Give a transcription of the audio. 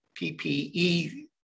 PPE